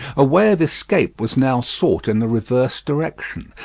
a way of escape was now sought in the reverse direction,